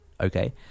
okay